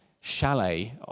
chalet